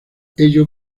ello